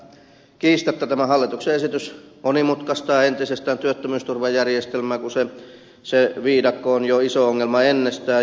kiistatta tämä hallituksen esitys monimutkaistaa entisestään työttömyysturvajärjestelmää kun se viidakko on jo iso ongelma ennestään